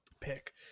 pick